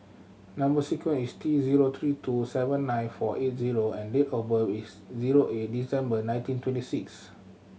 number sequence is T zero three two seven nine four eight zero and date of birth is zero eight December nineteen twenty six